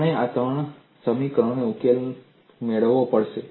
આપણે ત્રણ સમીકરણો ઉકેલીને ઉકેલ મેળવવો પડશે